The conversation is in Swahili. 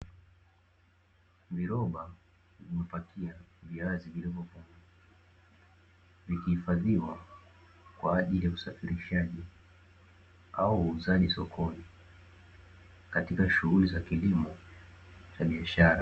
Viroba vimepakia viazi vilivyo fungwa vikihifadhiwa kwaajili ya usafirishaji au uuzaji sokoni, katika shughuli za kilimo cha biashara.